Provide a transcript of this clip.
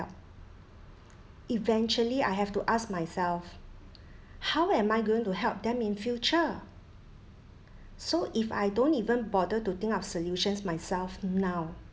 eventually I have to ask myself how am I going to help them in future so if I don't even bother to think of solutions myself now